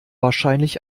wahrscheinlich